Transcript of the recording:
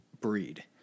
breed